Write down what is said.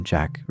Jack